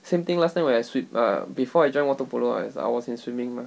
same thing last time when I swim err before I join water polo I I was in swimming mah